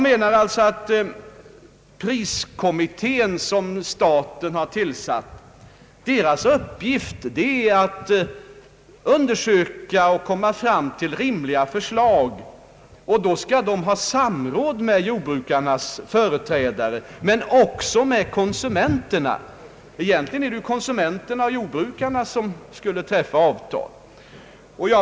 Den priskommitté som staten har tillsatt har till uppgift att undersöka och komma fram till rimliga förslag. Därvid skall man ha samråd med jordbrukarnas företrädare, men också med konsumenterna. Egentligen är det konsumenterna och jordbrukarna som skulle träffa avtal.